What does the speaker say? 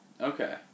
Okay